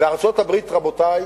בארצות-הברית, רבותי,